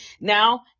Now